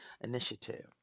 initiative